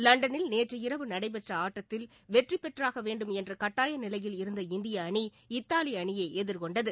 லண்டனில் நேற்றிரவு நடைபெற்றஆட்டத்தில் வெற்றிபெற்றாகவேண்டும் என்றகட்டாயநிலையில் இருந்த இந்தியஅணி இத்தாலிஅணியைஎதிர் கொண்டது